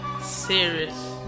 Serious